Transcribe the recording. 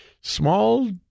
small